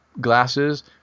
glasses